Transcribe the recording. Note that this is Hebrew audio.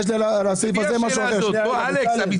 רגע.